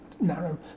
narrow